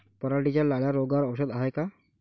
पराटीच्या लाल्या रोगावर औषध हाये का?